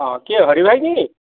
ହଁ କିଏ ହରି ଭାଇ କି